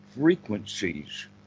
frequencies